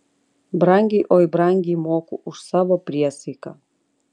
brangiai oi brangiai moku už savo priesaiką